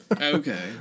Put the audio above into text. Okay